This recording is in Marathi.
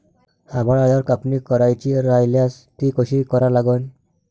आभाळ आल्यावर कापनी करायची राह्यल्यास ती कशी करा लागन?